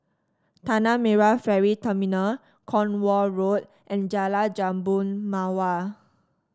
Tanah Merah Ferry Terminal Cornwall Road and Jalan Jambu Mawar